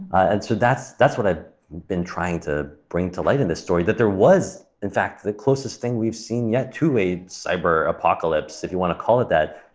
and so that's that's what i've been trying to bring to light in this story, that there was, in fact, the closest thing we've seen yet to a cyber apocalypse, if you want to call it that,